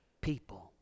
people